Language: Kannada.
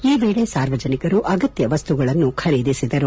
ಈ ವೇಳೆ ಸಾರ್ವಜನಿಕರು ಅಗತ್ಯ ವಸ್ತುಗಳನ್ನು ಖರೀದಿಸಿದರು